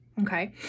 Okay